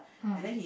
mm